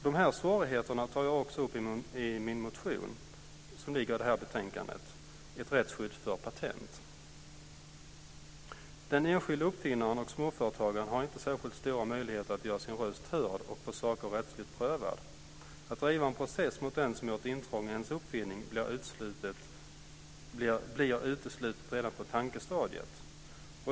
Dessa svårigheter tar jag också upp i min motion, Rättsskyddet för patent, som behandlas i det här betänkandet. Den enskilde uppfinnaren och småföretagaren har inte särskilt stora möjligheter att göra sin röst hörd och få saker rättsligt prövade. Att driva en process mot den som har gjort intrång i ens uppfinning blir uteslutet redan på tankestadiet.